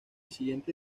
siguiente